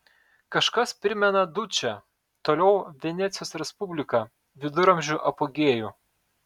kažkas primena dučę toliau venecijos respubliką viduramžių apogėjų